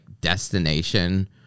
destination